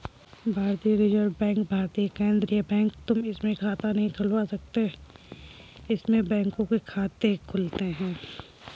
भारतीय reserve bank भारत का केन्द्रीय बैंक है, तुम इसमें खाता नहीं खुलवा सकते इसमें बैंकों के खाते खुलते हैं